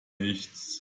nichts